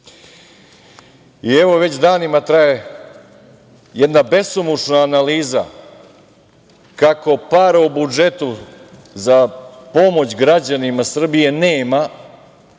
već traje jedna besomučna analiza kako para u budžetu za pomoć građanima Srbije nema